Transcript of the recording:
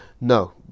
No